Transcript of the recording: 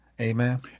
Amen